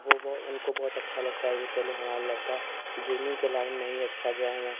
वह वह उनको बहुत अच्छा लगता है कि चलो हमारा लड़का गेमिन्ग के लाइन में ही अच्छा गया ना